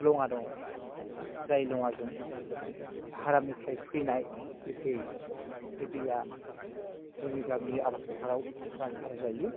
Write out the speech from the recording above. लङा दङ जाय लङाजों भारामनिफ्राय फैनाय जि दै बे दैआ जोंनि गामिनि आबाद फोथाराव रानसारजायो